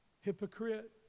hypocrite